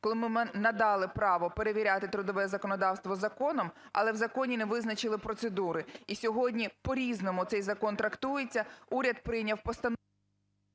коли ми надали право перевіряти трудове законодавство законом, але в законі не визначили процедури. І сьогодні по-різному цей закон трактується. Уряд прийняв…